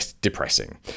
depressing